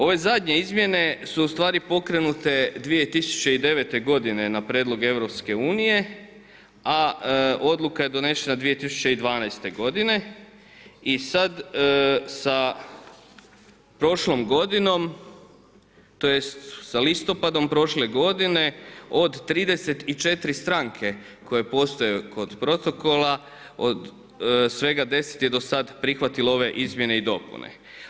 Ove zadnje izmjene su ustvari pokrenute 2009. godine na prijedlog EU-a a odluka je donošena 2012. godine i sad sa prošlom godinom, tj. sa listopadom prošle godine od 34 stranke koje postoje kod protokola od svega 10 je do sada prihvatilo ove izmjene i dopune.